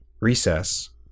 recess